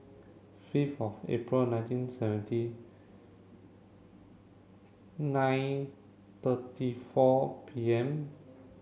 fifth of April nineteen seventy nine thirty four P M